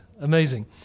amazing